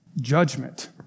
judgment